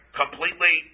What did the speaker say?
completely